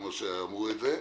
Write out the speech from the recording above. כמו שאמרו את זה,